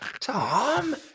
Tom